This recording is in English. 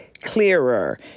clearer